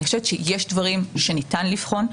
אני חושבת שיש דברים שניתן לבחון.